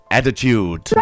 Attitude